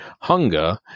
hunger